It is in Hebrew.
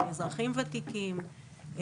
לאזרחים ותיקים,